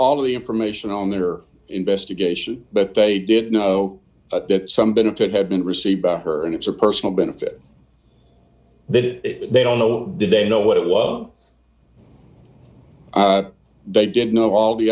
of the information on their investigation but they did know that some benefit had been received by her and it's a personal benefit that they don't know did they know what it was they didn't know all the